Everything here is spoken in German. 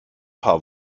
paar